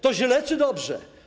To źle czy dobrze?